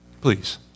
Please